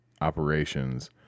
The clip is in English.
operations